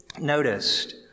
noticed